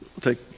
take